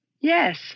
Yes